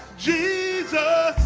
jesus